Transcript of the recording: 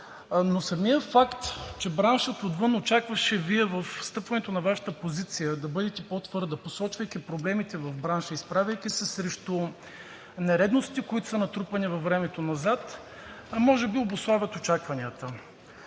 но самият факт, че браншът отвън очакваше при встъпване във Вашата позиция да бъдете по-твърда – посочвайки проблемите в бранша, изправяйки се срещу нередностите, които са натрупани във времето назад, може би обуславят очакванията.